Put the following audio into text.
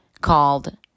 called